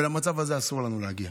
למצב הזה אסור לנו להגיע.